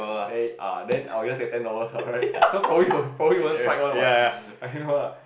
then ah then I will get ten dollars right cause prolly won't prolly won't strike one what